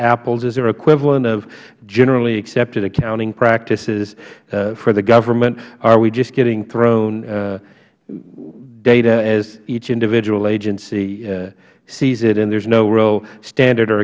apples is there equivalent of generally accepted accounting practices for the government or are we just getting thrown data as each individual agency sees it and there is no real standard or